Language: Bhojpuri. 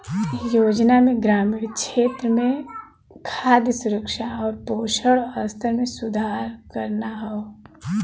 योजना में ग्रामीण क्षेत्र में खाद्य सुरक्षा आउर पोषण स्तर में सुधार करना हौ